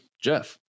Jeff